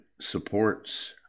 Supports